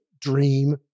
dream